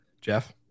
jeff